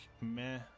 meh